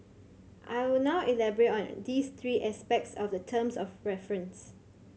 I will now elaborate on these three aspects of the terms of reference